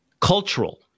cultural